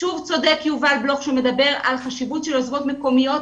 שוב צודק יובל בלוך כשהוא מדבר על חשיבות של יוזמות מקומיות,